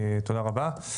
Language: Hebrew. תודה רבה.